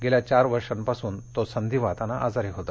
गेल्या चार वर्षांपासून तो संधीवातानं आजारी होता